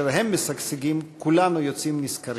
כאשר הם משגשגים כולנו יוצאים נשכרים,